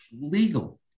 legal